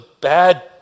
bad